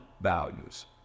values